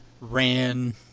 ran